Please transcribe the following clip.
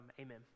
amen